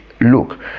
look